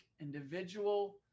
individual